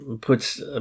puts